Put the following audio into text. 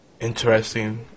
Interesting